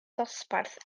dosbarth